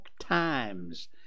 Times